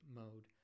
mode